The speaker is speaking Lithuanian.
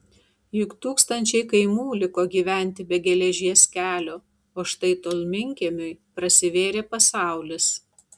juk tūkstančiai kaimų liko gyventi be geležies kelio o štai tolminkiemiui prasivėrė pasaulis